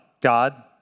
God